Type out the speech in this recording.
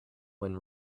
when